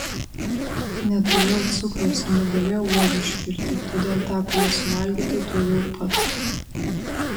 neturėjau cukraus ir negalėjau uogų išvirti todėl teko jas suvalgyti tuojau pat